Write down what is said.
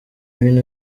ibintu